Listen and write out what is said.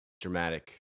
dramatic